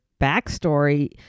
backstory